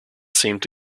seemed